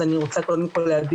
אז אני רוצה קודם כל להביע,